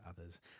others